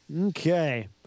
Okay